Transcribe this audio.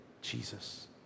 Jesus